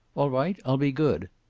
all right, i'll be good.